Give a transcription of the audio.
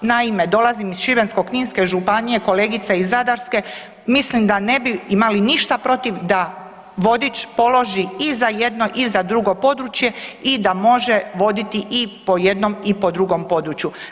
Naime, dolazim iz Šibensko-kninske županije, kolegica iz Zadarske, mislim da ne bi imali ništa protiv da vodič položi i za jedno i za drugo područje i da može voditi i po jednom i po drugom području.